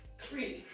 three,